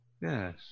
Yes